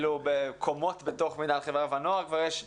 אפילו לגבי קומות בתוך מינהל חברה ונוער כבר יש הבנה.